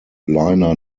liner